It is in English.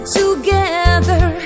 together